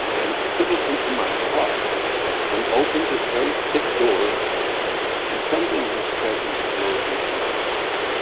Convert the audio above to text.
and put it into my heart and opened this very thick door and something of this presence flowed into my heart.